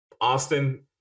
Austin